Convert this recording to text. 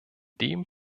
dem